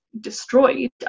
destroyed